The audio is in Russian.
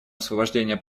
освобождения